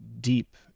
deep